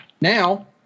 Now